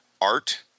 art